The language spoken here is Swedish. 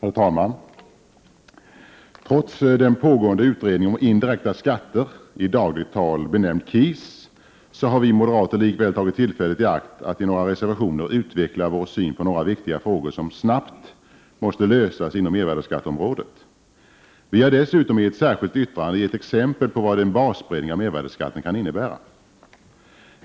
Herr talman! Trots den pågående utredningen om indirekta skatter, i dagligt tal benämd KIS, har vi moderater likväl tagit tillfället i akt att i några reservationer utveckla vår syn på några viktiga frågor som snabbt måste lösas inom mervärdeskatteområdet. Vi har dessutom i ett särskilt yttrande gett exempel på vad en basbreddning av mervärdeskatten kan innebära.